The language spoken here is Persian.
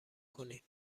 کنین